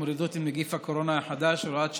להתמודדות עם נגיף הקורונה החדש (הוראת שעה)